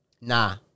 Nah